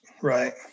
Right